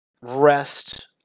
rest